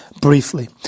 briefly